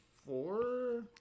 Four